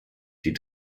die